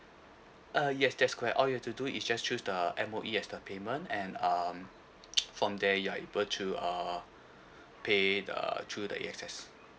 uh yes that's correct all you have to do is just choose the M_O_E as the payment and um from there you are able to uh pay the through the A_X_S